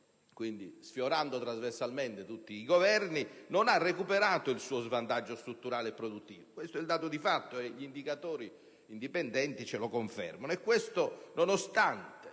quindi sfiorando trasversalmente tutti i Governi, non ha recuperato il suo svantaggio strutturale e produttivo. Questo è il dato di fatto, e gli indicatori indipendenti ce lo confermano.